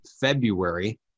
February